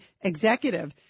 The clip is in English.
executive